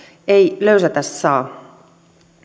ei löysätä saa